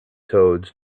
toads